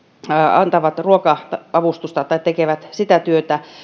antavat ruoka avustusta ja tekevät sitä työtä